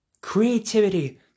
creativity